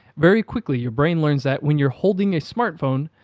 very quickly your brain learns that, when you're holding a smart phone,